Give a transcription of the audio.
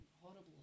horrible